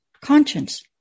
conscience